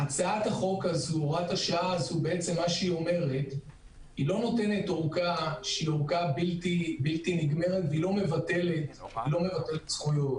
הוראת השעה הזו לא נותנת אורכה בלתי-נגמרת ולא מבטלת זכויות.